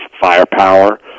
firepower